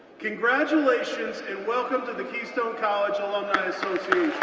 congratulations, and welcome to the keystone college alumni association.